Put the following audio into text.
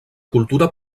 cultura